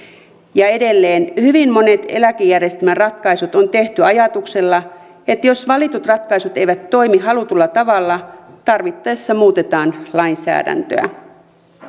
ja edelleen hyvin monet eläkejärjestelmän ratkaisut on tehty ajatuksella että jos valitut ratkaisut eivät toimi halutulla tavalla tarvittaessa muutetaan lainsäädäntöä